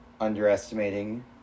underestimating